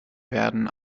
werden